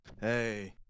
Hey